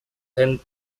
and